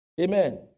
Amen